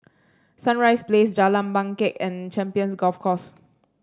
Sunrise Place Jalan Bangket and Champions Golf Course